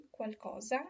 qualcosa